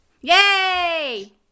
Yay